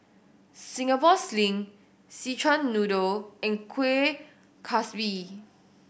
Singapore Sling Szechuan Noodle and Kueh Kaswi